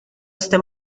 este